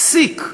פסיק,